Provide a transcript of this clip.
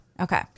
Okay